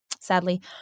sadly